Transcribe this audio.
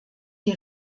die